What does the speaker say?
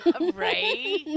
right